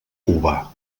cubà